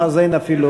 אז אין אפילו